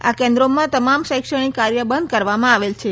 આ કેન્દ્રોમાં તમામ શૈક્ષણિક કાર્ય બંધ કરવામાં આવેલ છે